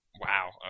Wow